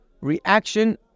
reaction